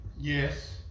Yes